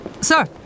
Sir